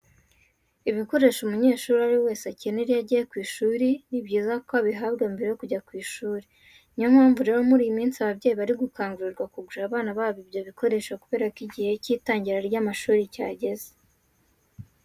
Ibikoresho umunyeshuri uwo ari we wese akenera iyo agiye kwiga, ni byiza ko abihabwa mbere yo kujya ku ishuri. Ni yo mpamvu rero muri iyi minsi ababyeyi bari gukangurirwa kugurira abana babo ibyo bikoresho kubera ko igihe cy'itangira ry'amashuri cyageze.